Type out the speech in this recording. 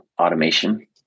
automation